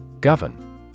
Govern